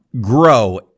grow